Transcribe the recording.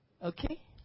Okay